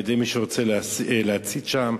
על-ידי מי שרוצה להצית שם.